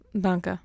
Danke